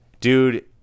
Dude